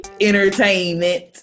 Entertainment